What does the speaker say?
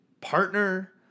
partner